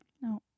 No